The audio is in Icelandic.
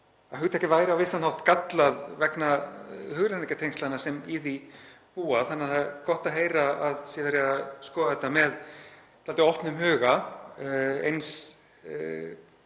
að hugtakið væri á vissan hátt gallað vegna hugrenningatengslanna sem í því búa. Þannig að það er gott að heyra að verið sé að skoða þetta með dálítið opnum huga, eins